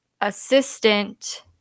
assistant